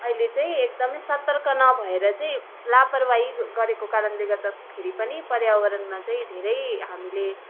अहिले चाहिँ एकदमै सतर्क नभएर चाहिँ लापरवाही गरेको कारणले गर्दाखेरि पनि पर्यावरणमा चाहिँ धेरै हामीले